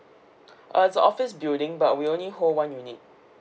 uh it's the office building but we only hold one unit